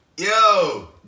Yo